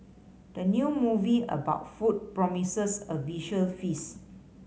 the new movie about food promises a visual feast